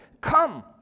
Come